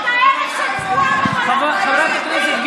קראתי את